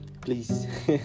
please